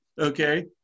okay